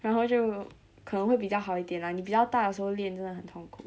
然后就可能会比较好一点 lah 你比较大的时候真的很痛苦